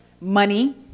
money